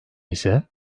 ise